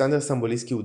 אלכסנדר סטמבוליסקי הודח,